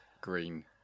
green